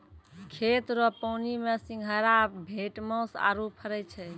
खेत रो पानी मे सिंघारा, भेटमास आरु फरै छै